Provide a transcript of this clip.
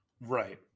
Right